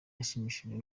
yashimishijwe